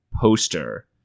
poster